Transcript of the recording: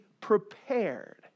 prepared